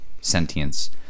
sentience